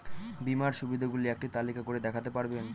বীমার সুবিধে গুলি একটি তালিকা করে দেখাতে পারবেন?